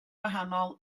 wahanol